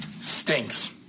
Stinks